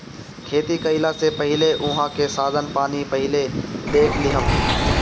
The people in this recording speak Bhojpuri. खेती कईला से पहिले उहाँ के साधन पानी पहिले देख लिहअ